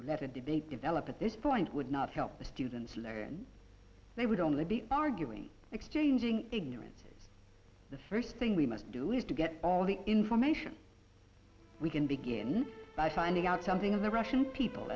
the debate develop at this point would not help the students learn they would only be arguing exchanging ignorance the first thing we might do is to get all the information we can begin by finding out something of the russian people